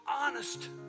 honest